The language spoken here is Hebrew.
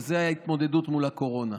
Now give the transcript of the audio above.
וזה ההתמודדות מול הקורונה.